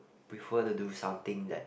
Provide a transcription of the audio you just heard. prefer to do something that